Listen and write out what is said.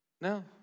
No